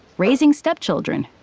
raising stepchildren,